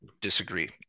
disagree